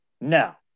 Now